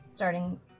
Starting